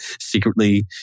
secretly